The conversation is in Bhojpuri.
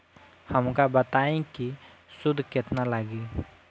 हमका बताई कि सूद केतना लागी?